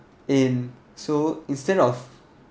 in so instead of